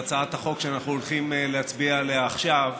הצעת החוק שאנחנו הולכים להצביע עליה עכשיו,